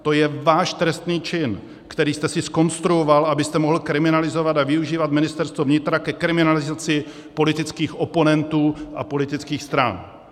To je váš trestný čin, který jste si zkonstruoval, abyste mohl kriminalizovat a využívat Ministerstvo vnitra ke kriminalizaci politických oponentů a politických stran.